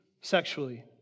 sexually